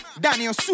Daniel